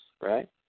right